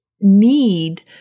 need